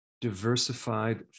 diversified